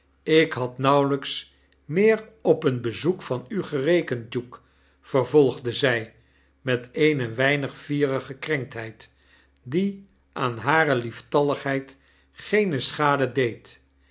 ik had nauwelijks meer op een bezoek van u gerekend duke vervolgde zij met eene weinig fiere gekrenktheid die aan hare lieftalligheid geene schadedeed